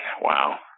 wow